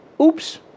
Oops